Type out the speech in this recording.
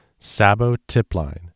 sabotipline